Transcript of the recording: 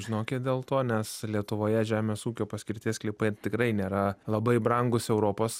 žinokit dėl to nes lietuvoje žemės ūkio paskirties sklypai tikrai nėra labai brangūs europos